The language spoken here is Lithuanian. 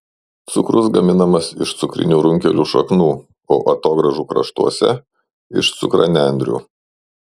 cukrus gaminamas iš cukrinių runkelių šaknų o atogrąžų kraštuose iš cukranendrių